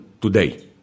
today